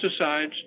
pesticides